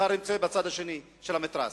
מחר יימצא בצד השני של המתרס.